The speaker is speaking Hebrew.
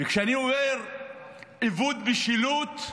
כשאני אומר איבוד משילות,